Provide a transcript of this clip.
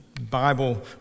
Bible